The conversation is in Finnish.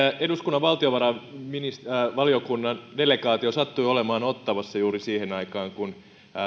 eduskunnan valtiovarainvaliokunnan delegaatio sattui olemaan ottawassa juuri siihen aikaan kun